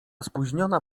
spóźniona